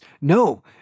no